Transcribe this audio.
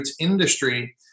industry